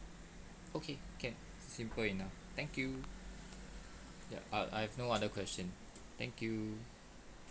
okay can simple enough thank you yup I I've no other question thank you